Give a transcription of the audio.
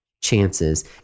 chances